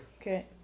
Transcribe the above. Okay